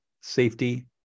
safety